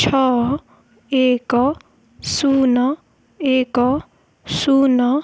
ଛଅ ଏକ ଶୂନ ଏକ ଶୂନ